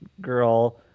girl